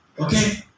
Okay